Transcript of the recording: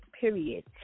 Period